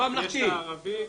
יש את הערבי ---,